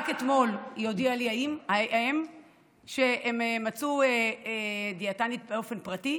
רק אתמול הודיעה לי האם שהם מצאו דיאטנית באופן פרטי,